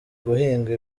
guhinga